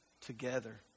together